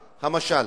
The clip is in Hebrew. הפתגם,